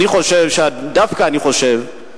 דווקא אני חושב,